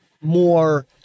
more